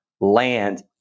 land